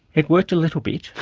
it worked a little bit.